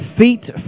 feet